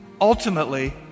Ultimately